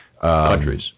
Countries